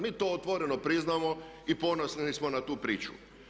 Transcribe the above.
Mi to otvoreno priznajemo i ponosni smo na tu priču.